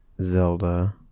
Zelda